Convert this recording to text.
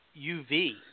uv